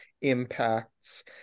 impacts